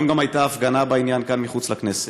היום גם הייתה הפגנה בעניין כאן, מחוץ לכנסת.